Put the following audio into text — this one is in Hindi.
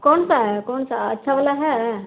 कौन सा है कौन सा अच्छा वाला है